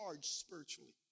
spiritually